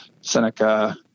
Seneca